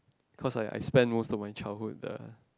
cause I I spent most of my childhood the